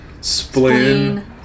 spleen